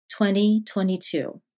2022